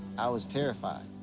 i was terrified.